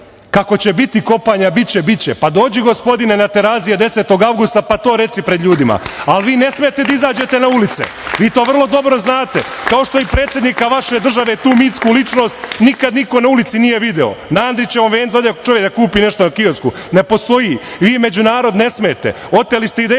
kako će biti kopanja, biće, biće. Pa dođi, gospodine, na Terazije 10. avgusta pa to reci pred ljudima. Ali, vi ne smeta na ulice. Vi to vrlo dobro znate, kao što i predsednika vaše države, tu mitsku ličnost nikada niko na ulici nije video. Na Andrićevom vencu ode čovek da kupi nešto na kiosku. Ne postoji. Vi među narod ne smete. Oteli ste i